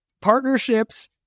partnerships